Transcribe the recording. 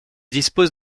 dispose